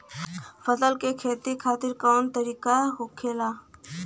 फसल का खेती खातिर कवन तरीका होखेला?